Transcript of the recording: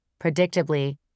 Predictably